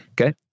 Okay